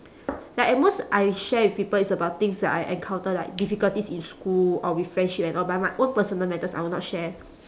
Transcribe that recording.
like at most I share with people is about things that I encounter like difficulties in school or with friendship and all but my own personal matters I will not share